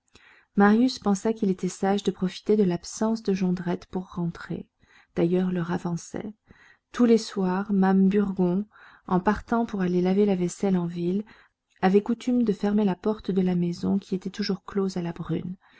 marius pensa qu'il était sage de profiter de l'absence de jondrette pour rentrer d'ailleurs l'heure avançait tous les soirs mame burgon en partant pour aller laver la vaisselle en ville avait coutume de fermer la porte de la maison qui était toujours close à la brune